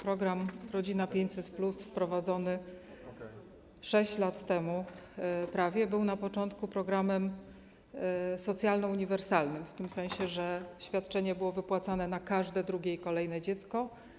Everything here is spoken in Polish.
Program „Rodzina 500+” wprowadzony prawie 6 lat temu był na początku programem socjalno-uniwersalnym w tym sensie, że świadczenie było wypłacane na każde drugie i kolejne dziecko.